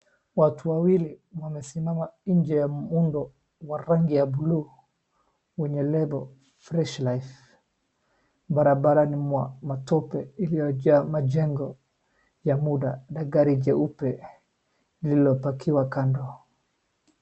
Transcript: Watu wawili wamesimama nje muundo wa rangi ya buluu wenye lebo fresh life , barabara ni wa matope iliyojaa majengo ya muda na gari jeupe lililopakiwa kando.